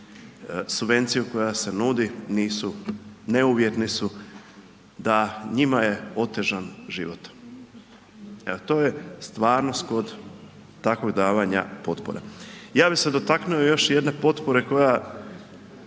subvenciju koja se nudi, nisu neuvjetni su da njima je otežan život. Evo, to je stvarnost kod takvog davanja potpora. Ja bih se dotaknuo još jedne potpore koja